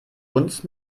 uns